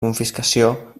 confiscació